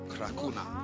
Krakuna